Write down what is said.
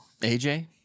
AJ